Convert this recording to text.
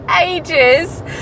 ages